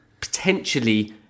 potentially